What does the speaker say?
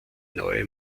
neue